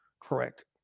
correct